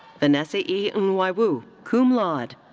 vanessa e. and nwaiwu, cum laude.